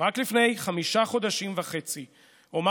רק לפני חמישה וחצי חודשים,